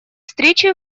встречи